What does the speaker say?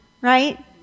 right